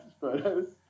photos